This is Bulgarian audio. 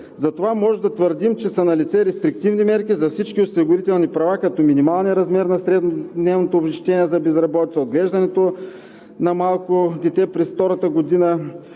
Затова може да твърдим, че са налице рестриктивни мерки за всички осигурителни права, като минималният размер на среднодневното обезщетение за безработица, отглеждането на малко дете през втората година.